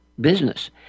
business